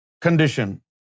condition